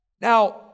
Now